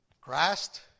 Christ